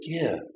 give